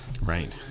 Right